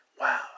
Wow